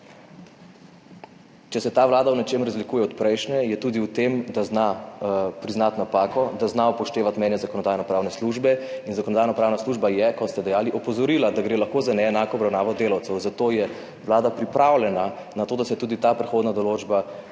če se ta vlada v nečem razlikuje od prejšnje, je tudi v tem, da zna priznati napako, da zna upoštevati mnenje Zakonodajno-pravne službe in Zakonodajno-pravna služba je, kot ste dejali, opozorila, da gre lahko za neenako obravnavo delavcev, zato je Vlada pripravljena na to, da se tudi ta prehodna določba